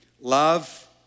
love